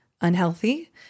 unhealthy